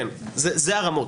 אלה הרמות.